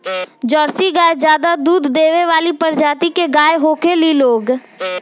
Jersey गाय ज्यादे दूध देवे वाली प्रजाति के गाय होखेली लोग